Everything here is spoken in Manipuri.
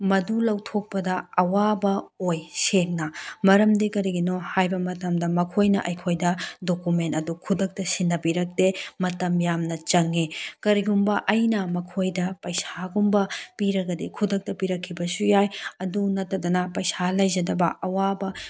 ꯃꯗꯨ ꯂꯧꯊꯣꯛꯄꯗ ꯑꯋꯥꯕ ꯑꯣꯏ ꯁꯦꯡꯅ ꯃꯔꯝꯗꯤ ꯀꯔꯤꯒꯤꯅꯣ ꯍꯥꯏꯕ ꯃꯇꯝꯗ ꯃꯈꯣꯏꯅ ꯑꯩꯈꯣꯏꯗ ꯗꯣꯀꯨꯃꯦꯟ ꯑꯗꯨ ꯈꯨꯗꯛꯇ ꯁꯤꯟꯅꯕꯤꯔꯛꯇꯦ ꯃꯇꯝ ꯌꯥꯝꯅ ꯆꯪꯉꯤ ꯀꯔꯤꯒꯨꯝꯕ ꯑꯩꯅ ꯃꯈꯣꯏꯗ ꯄꯩꯁꯥꯒꯨꯝꯕ ꯄꯤꯔꯒꯗꯤ ꯈꯨꯗꯛꯇ ꯄꯤꯔꯛꯈꯤꯕꯁꯨ ꯌꯥꯏ ꯑꯗꯨ ꯅꯠꯇꯗꯅ ꯄꯩꯁꯥ ꯂꯩꯖꯗꯕ ꯑꯋꯥꯕ